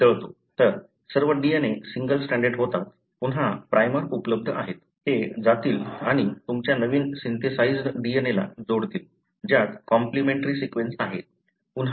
तर सर्व DNA single stranded होतात पुन्हा प्राइमर उपलब्ध आहेत ते जातील आणि तुमच्या नवीन सिन्थेसाईज्ड DNA ला जोडतील ज्यात कॉम्लिमेन्ट्री सीक्वेन्स आहे